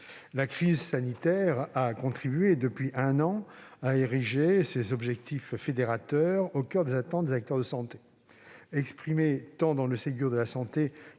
La crise sanitaire a contribué, depuis un an, à inscrire ces objectifs fédérateurs au coeur des attentes des acteurs de santé. Exprimée tant dans le Ségur de la santé